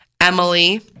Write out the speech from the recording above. Emily